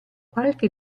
qualche